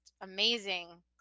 amazing